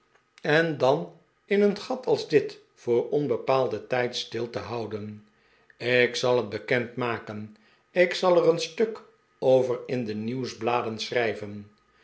en dan in een gat als dit voor onbepaalden tijd stil te houden ik zal het bekend maken ik zal er een stuk over in de nieuwsbladen schrijven